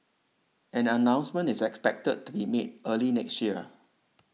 an announcement is expected to be made early next year